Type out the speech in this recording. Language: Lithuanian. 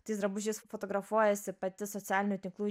tais drabužiais fotografuojasi pati socialinių tinklų